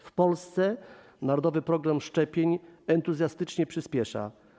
W Polsce narodowy program szczepień entuzjastycznie przyspiesza.